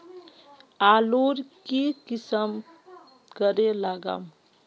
आलूर की किसम करे लागम?